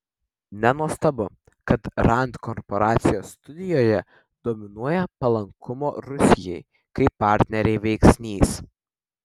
nenuostabu kad rand korporacijos studijoje dominuoja palankumo rusijai kaip partnerei veiksnys